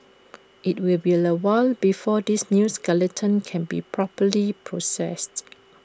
IT will be A while before this new skeleton can be properly processed